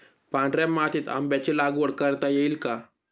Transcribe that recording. पांढऱ्या मातीत आंब्याची लागवड करता येईल का?